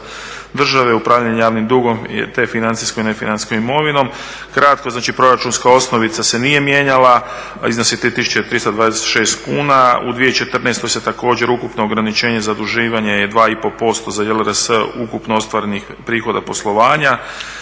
države, upravljanje javnim dugom te financijskom i nefinancijskom imovinom. Kratko, znači proračunska osnovica se nije mijenjala, iznos je 3326 kuna. U 2014. također ukupno ograničenje zaduživanja je 2,5% … /Govornik se ne razumije./… ukupno ostvarenih prihoda poslovanja.